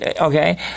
okay